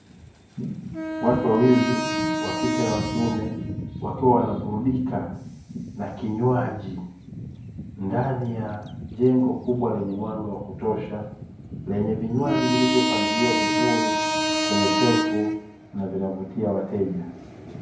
Watu wawili wa kike na wa kiume, wakiwa wanaburudika na kinywaji; ndani ya jengo kubwa lenye mwanga wakutosha, lenye vinywaji vilivyopangiliwa vizuri kwenye shelfu na vinavutia wateja.